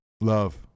Love